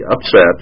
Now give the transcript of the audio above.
upset